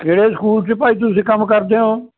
ਕਿਹੜੇ ਸਕੂਲ 'ਚ ਭਾਈ ਤੁਸੀਂ ਕੰਮ ਕਰਦੇ ਹੋ